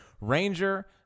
Ranger